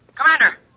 Commander